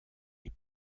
les